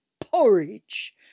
porridge